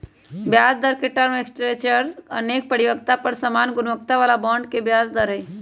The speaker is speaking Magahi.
ब्याजदर के टर्म स्ट्रक्चर अनेक परिपक्वता पर समान गुणवत्ता बला बॉन्ड के ब्याज दर हइ